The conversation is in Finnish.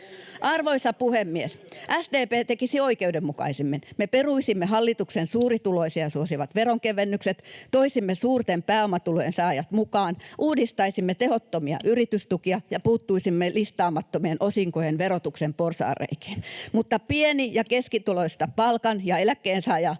Arvoisa puhemies! SDP tekisi oikeudenmukaisemmin. Me peruisimme hallituksen suurituloisia suosivat veronkevennykset, toisimme suurten pääomatulojen saajat mukaan, uudistaisimme tehottomia yritystukia ja puuttuisimme listaamattomien osinkojen verotuksen porsaanreikiin. Mutta pieni- ja keskituloista palkan- ja eläkkeensaajaa